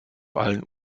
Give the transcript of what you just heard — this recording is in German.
allen